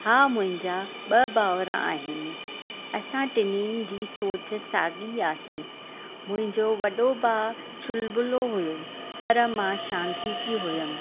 हा मुंहिंजा ॿ भावर आहिनि असां टिन्हिनि जी सोच साॻी आहे मुंहिंजो वॾो भाउ चुलबुलो हुओ पर मां शांती की हुअमि